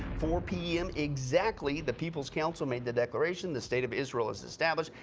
four pm exactly. the people's council made the declaration, the state of israel is established.